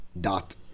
dot